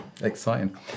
Exciting